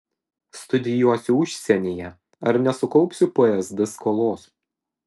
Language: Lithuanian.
studijuosiu užsienyje ar nesukaupsiu psd skolos